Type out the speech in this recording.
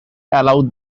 allow